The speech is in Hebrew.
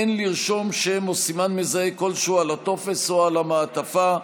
אין לרשום שם או סימן מזהה כלשהו על הטופס או על המעטפה.